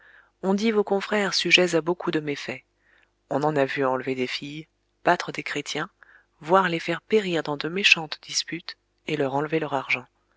on dit vos confrères sujets à beaucoup de méfaits on en a vu enlever des filles battre des chrétiens voire les faire périr dans de méchantes disputes et leur enlever leur argent